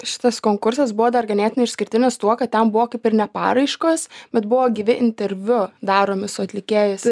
šitas konkursas buvo dar ganėtinai išskirtinis tuo kad ten buvo kaip ir ne paraiškos bet buvo gyvi interviu daromi su atlikėjais